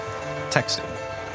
texting